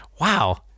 Wow